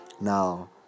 Now